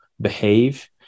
behave